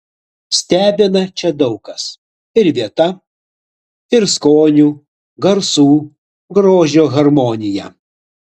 stebina čia daug kas ir vieta ir skonių garsų grožio harmonija